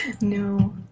No